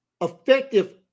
effective